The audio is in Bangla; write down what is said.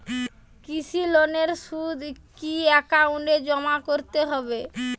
কৃষি লোনের সুদ কি একাউন্টে জমা করতে হবে?